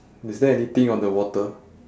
is there anything on the water